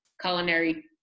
culinary